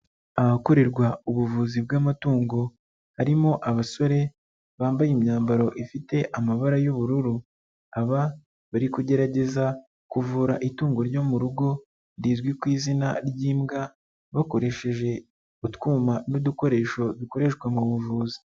Ahakorerwa ubuvuzi bw'amatungo harimo abasore bambaye imyambaro ifite amabara y'ubururu, aba bari kugerageza kuvura itungo ryo mu rugo rizwi ku izina ry'imbwa bakoresheje utwuma n'udukoresho dukoreshwa mu buvuzi.